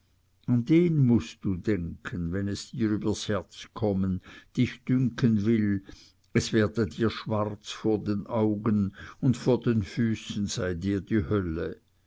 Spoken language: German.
an den mußt du denken wenn es dir übers herz kommen dich dünken will es werde dir schwarz vor den augen und vor den füßen sei dir die hölle